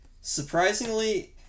surprisingly